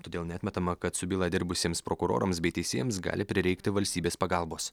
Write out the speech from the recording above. todėl neatmetama kad su byla dirbusiems prokurorams bei teisėjams gali prireikti valstybės pagalbos